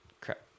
crap